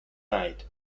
night